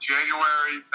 January